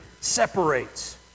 separates